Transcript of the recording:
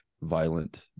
violent